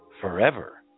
forever